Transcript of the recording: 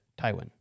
Tywin